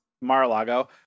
Mar-a-Lago